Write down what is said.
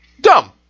dumb